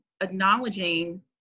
acknowledging